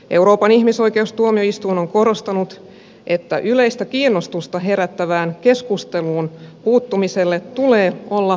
euroopan ihmisoikeustuomioistuin on korostanut että yleistä kiinnostusta herättävään keskusteluun puuttumiselle tulee olla painavat perusteet